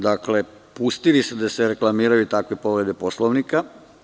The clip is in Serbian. Dakle, pustili ste da se reklamiraju takve povrede Poslovnika.